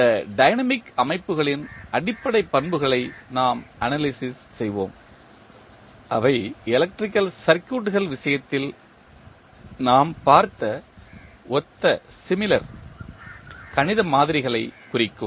இந்த டைனமிக் அமைப்புகளின் அடிப்படை பண்புகளை நாம் அனாலிசிஸ் செய்வோம் அவை எலக்ட்ரிக்கல் சர்க்யூட்கள் விஷயத்தில் நாம் பார்த்த ஒத்த கணித மாதிரிகளைக் குறிக்கும்